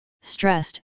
stressed